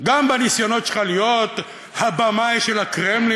גם בניסיונות שלך להיות הבמאי של הקרמלין,